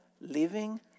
living